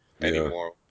anymore